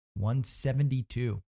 172